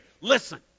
listen